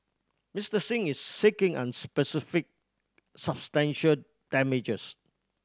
Mister Singh is seeking unspecified substantial damages